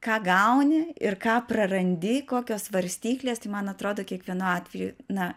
ką gauni ir ką prarandi kokios svarstyklės tai man atrodo kiekvienu atveju na